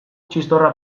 txistorra